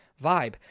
vibe